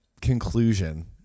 conclusion